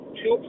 two